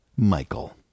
Michael